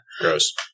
Gross